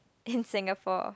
in Singapore